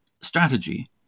strategy